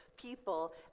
people